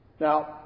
Now